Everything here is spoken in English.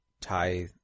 tie